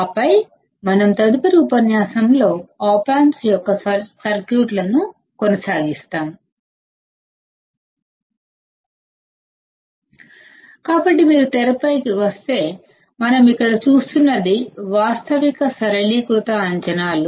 ఆపై మనం తదుపరి ఉపన్యాసంలో ఆప్ ఆంప్స్ యొక్క సర్క్యూట్లను కొనసాగిస్తాము కాబట్టి మీరు తెరపై గమనిస్తే మనం ఇక్కడ చూస్తున్నది వాస్తవిక సరళీకృత అంచనాలు